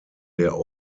der